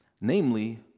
Namely